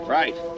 right